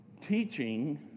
Teaching